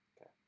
Okay